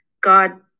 God